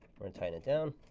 we're and tying it down.